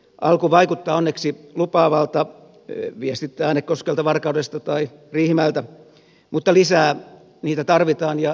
alku vaikuttaa onneksi lupaavalta viestit äänekoskelta varkaudesta tai riihimäeltä mutta lisää niitä tarvitaan ja joka maakunnasta